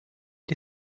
die